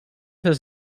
his